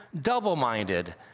double-minded